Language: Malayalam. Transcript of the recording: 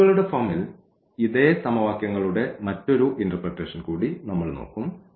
വെക്റ്ററുകളുടെ ഫോമിൽ ഇതേ സമവാക്യങ്ങളുടെ മറ്റൊരു ഇന്റെർപ്രെറ്റേഷൻ കൂടി നമ്മൾ നോക്കും